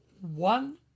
One